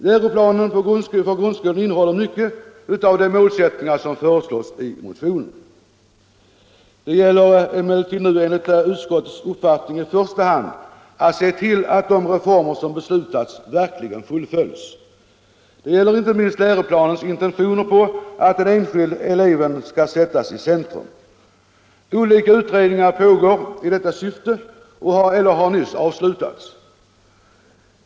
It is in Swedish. Läroplanen för grundskolan innehåller mycket av de målsättningar som föreslås i motionen. Det gäller emellertid nu enligt utskottets uppfattning i första hand att se till att de reformer som har beslutats verkligen fullföljs. Detta gäller inte minst läroplanens intentioner att den enskilde eleven skall sättas i centrum. Olika utredningar i detta syfte pågår eller har nyss avslutats.